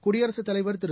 குடியரசுத் தலைவர் திரு